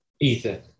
Ethan